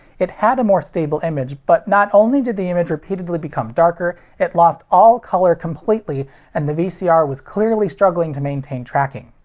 it had a more stable image, but not only did the image repeatedly become darker, it lost all color completely and the vcr was clearly struggling to maintain tracking.